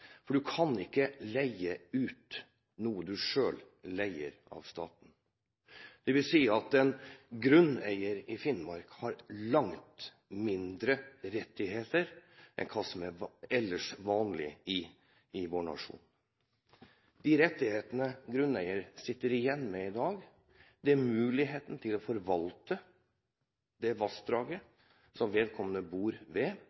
for du kan ikke leie ut noe du selv leier av staten. Det vil si at en grunneier i Finnmark har langt færre rettigheter enn hva som ellers er vanlig i vår nasjon. De rettighetene grunneier sitter igjen med i dag, er muligheten til å forvalte det vassdraget som vedkommende bor ved,